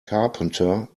carpenter